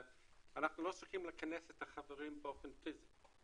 אנחנו לא צריכים לכנס את החברים באופן פיזי,